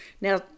Now